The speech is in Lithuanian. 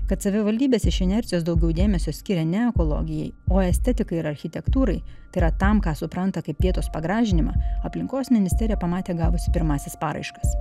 kad savivaldybės iš inercijos daugiau dėmesio skiria ne ekologijai o estetika ir architektūrai yra tam ką supranta kaip vietos pagražinimą aplinkos ministerija pamatė gavusi pirmąsias paraiškas